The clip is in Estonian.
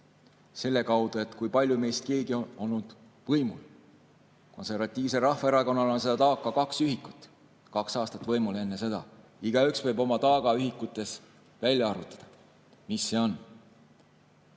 selle [prisma], kui palju meist keegi on olnud võimul. Konservatiivse Rahvaerakonnal on seda taaka kaks ühikut, kaks aastat võimul enne sõda. Igaüks võib oma taaga ühikutes välja arvutada, kui suur